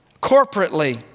corporately